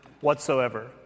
whatsoever